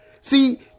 see